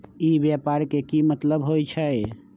ई व्यापार के की मतलब होई छई?